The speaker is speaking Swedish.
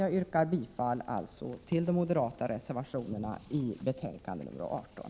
Jag yrkar alltså bifall till de moderata reservationerna i betänkande 18.